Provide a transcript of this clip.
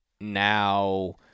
now